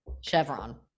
Chevron